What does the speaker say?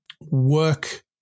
work